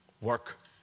work